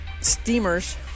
steamers